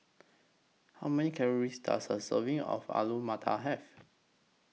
How Many Calories Does A Serving of Alu Matar Have